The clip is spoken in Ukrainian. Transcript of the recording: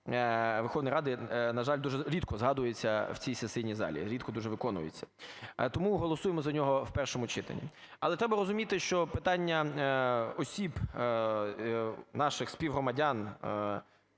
Верховної Ради, на жаль, дуже рідко згадується в цій сесійній залі, рідко дуже виконується. Тому голосуємо за нього в першому читанні. Але треба розуміти, що питання осіб, наших співгромадян,